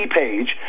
page